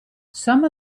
some